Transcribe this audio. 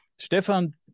Stefan